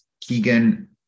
Keegan